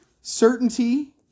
certainty